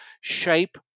shape